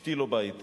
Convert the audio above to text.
אשתי לא באה אתי.